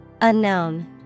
Unknown